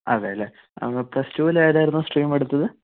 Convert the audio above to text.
അതെല്ലേ അപ്പൊൾ പ്ലസ്ടുവിൽ ഏതായിരുന്നു സ്ട്രീം എടുത്തത്